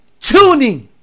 tuning